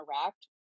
interact